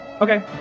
Okay